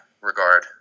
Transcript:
regard